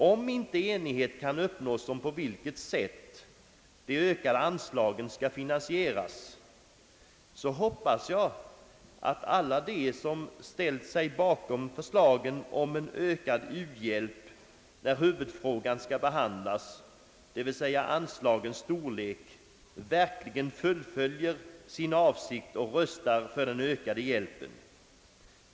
Om inte enighet kan uppnås om på vilket sätt de ökade anslagen skall finansieras, så hoppas jag att alla de som ställt sig bakom förslagen om en ökad u-hjälp när huvudfrågan skall behandlas, d. v. s. anslagens storlek, verkligen fullföljer sin avsikt och röstar för den ökade hjälpen.